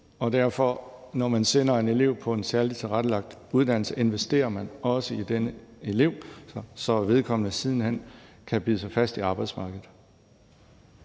udgifter. Når man sender en elev på en særligt tilrettelagt uddannelse, investerer man derfor også i denne elev, så vedkommende siden hen kan bide sig fast i arbejdsmarkedet.